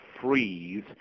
freeze